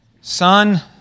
Son